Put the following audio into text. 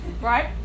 Right